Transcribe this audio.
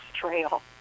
trail